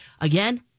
again